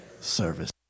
service